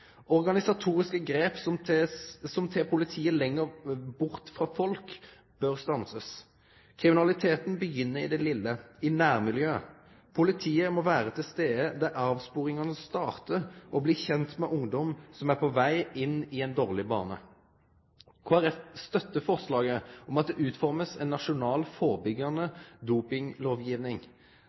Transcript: Organisatoriske grep som tek politiet lenger bort frå folk, bør stansast. Kriminaliteten begynner i det lille, i nærmiljøet. Politiet må vere til stades der avsporingane startar og bli kjent med ungdom som er på veg inn i ein dårleg bane. Kristeleg Folkeparti støttar forslaget om at det blir utforma ei nasjonal førebyggjande dopinglovgiving.